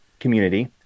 community